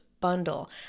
Bundle